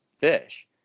fish